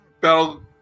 battle